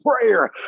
prayer